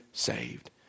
saved